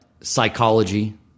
psychology